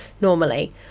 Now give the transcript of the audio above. normally